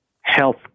health